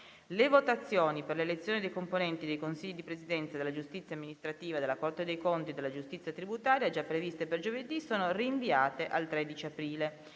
Le votazioni per l'elezione dei componenti dei Consigli di Presidenza della giustizia amministrativa, della Corte dei conti e della giustizia tributaria, già previste per giovedì, sono rinviate al 13 aprile.